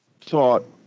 thought